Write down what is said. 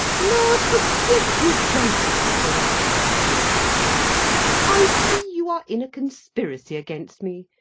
lard forgive you both! says i, bursting out a-laughing i see you are in a conspiracy against me,